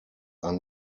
are